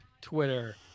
Twitter